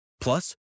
Plus